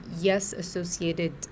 yes-associated